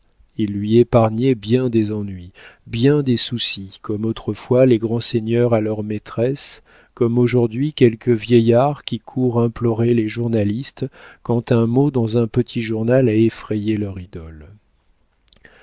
il lui épargnait bien des ennuis bien des soucis comme autrefois les grands seigneurs à leurs maîtresses comme aujourd'hui quelques vieillards qui courent implorer les journalistes quand un mot dans un petit journal a effrayé leur idole